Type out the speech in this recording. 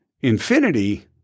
Infinity